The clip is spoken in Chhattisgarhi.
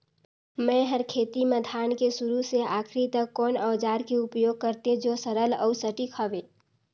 मै हर खेती म धान के शुरू से आखिरी तक कोन औजार के उपयोग करते जो सरल अउ सटीक हवे?